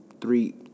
three-